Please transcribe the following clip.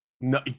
no